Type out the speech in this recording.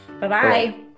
Bye-bye